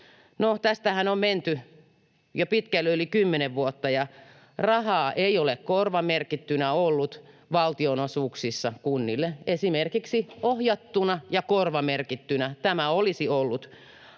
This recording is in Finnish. tästähän on menty jo pitkälle yli kymmenen vuotta, ja rahaa ei ole korvamerkittynä ollut valtionosuuksissa kunnille, esimerkiksi ohjattuna ja korvamerkittynä. Tämä olisi ollut